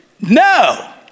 No